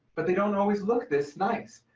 but they don't always look this nice.